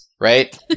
right